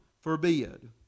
forbid